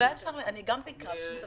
אני מבקש שכל אחד יחשוב.